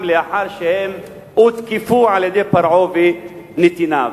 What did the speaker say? לאחר שהם הותקפו על-ידי פרעה ונתיניו.